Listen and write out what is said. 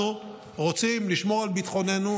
אנחנו רוצים לשמור על ביטחוננו,